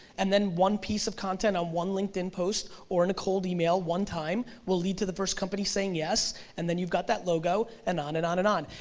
and then one piece of content on one linkedin post, or in a cold email, one time will lead to the first company saying yes, and then you've got that logo, and on and on and on.